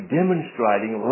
demonstrating